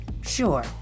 sure